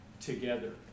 together